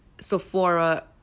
Sephora